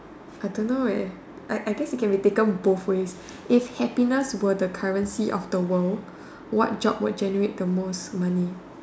I don't know I I guess it can be taken both ways if happiness were the currency of the world what job would generate the most money